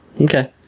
Okay